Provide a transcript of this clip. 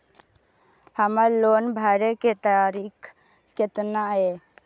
हमर लोन भरे के तारीख केतना ये?